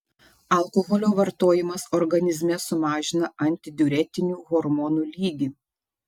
alkoholio vartojimas organizme sumažina antidiuretinių hormonų lygį